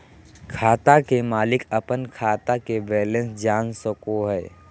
खाता के मालिक अपन खाता के बैलेंस जान सको हय